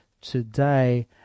today